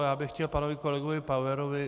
Já bych chtěl k panu kolegovi Paverovi.